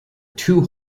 two